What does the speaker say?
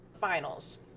finals